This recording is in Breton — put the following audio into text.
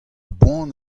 boan